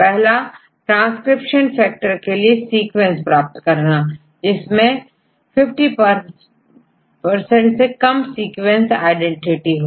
पहला transcription factor के लिए सीक्वेंस प्राप्त करना जिनमें 50 परसेंट से कम सीक्वेंस आईडेंटिटी हो